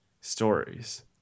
stories